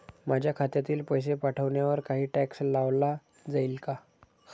माझ्या खात्यातील पैसे पाठवण्यावर काही टॅक्स लावला जाईल का?